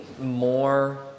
more